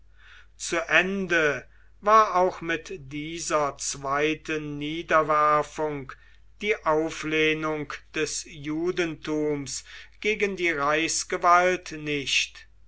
zu ende war auch mit dieser zweiten niederwerfung die auflehnung des judentums gegen die reichsgewalt nicht